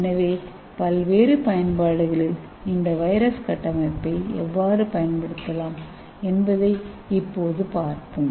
எனவே பல்வேறு பயன்பாடுகளில் இந்த வைரஸ் கட்டமைப்பை எவ்வாறு பயன்படுத்தலாம் என்பதை இப்போது பார்ப்போம்